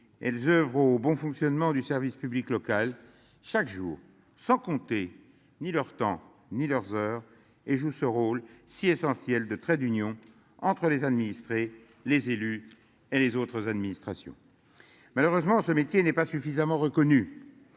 Elles oeuvrent au bon fonctionnement du service public local chaque jour sans compter ni leur temps, ni leurs heures et joue ce rôle si essentiel de trait d'union entre les administrés. Les élus et les autres administrations. Malheureusement ce métier n'est pas suffisamment reconnu.